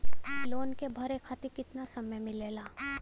Loan के भरे खातिर कितना समय मिलेला?